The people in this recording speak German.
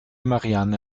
marianne